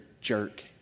jerk